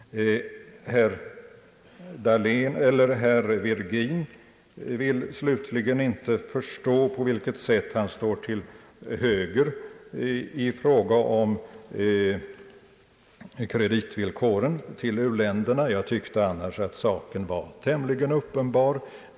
Slutligen vill herr Virgin inte förstå på vilket sätt han står till höger i fråga om kreditvillkoren till u-länderna. Jag tyckte annars att saken var tämligen uppenbar.